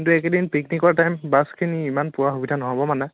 কিন্তু এইকেইদিন পিকনিকৰ টাইম বাছখিনি ইমান পোৱা সুবিধা নহ'ব মানে